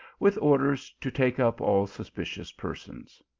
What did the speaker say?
with orders to take up all suspicious persons.